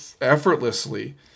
effortlessly